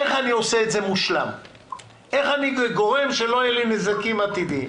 איך אני עושה את זה מושלם ואיך אני גורם שלא יהיו לי נזקים עתידיים